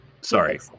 sorry